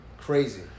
Crazy